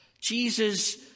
Jesus